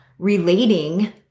Relating